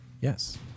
yes